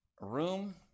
room